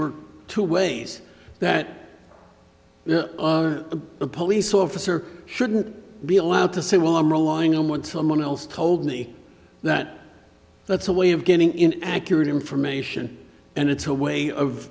were two ways that now a police officer shouldn't be allowed to say well i'm relying on what someone else told me that that's a way of getting in accurate information and it's a way of